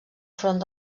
front